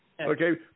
Okay